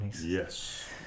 yes